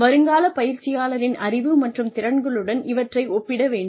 வருங்கால பயிற்சியாளரின் அறிவு மற்றும் திறன்களுடன் இவற்றை ஒப்பிட வேண்டும்